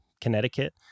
Connecticut